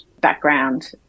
background